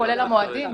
כולל המועדים,